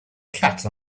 cat